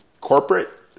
corporate